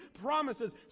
promises